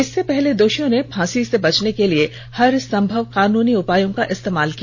इससे पहले दोषियों ने फांसी से बचने के लिए हरसंभव कानूनी उपायों का इस्तेमाल किया